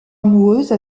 amoureuse